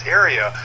area